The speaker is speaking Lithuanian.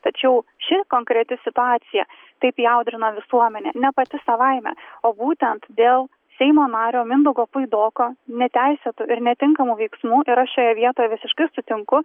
tačiau ši konkreti situacija taip įaudrino visuomenę ne pati savaime o būtent dėl seimo nario mindaugo puidoko neteisėtų ir netinkamų veiksmų ir aš šioje vietoje visiškai sutinku